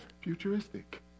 futuristic